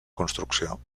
construcció